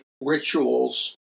rituals